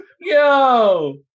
Yo